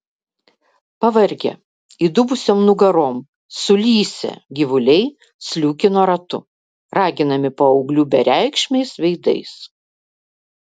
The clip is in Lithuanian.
pavargę įdubusiom nugarom sulysę gyvuliai sliūkino ratu raginami paauglių bereikšmiais veidais